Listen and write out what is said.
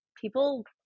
people